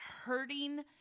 hurting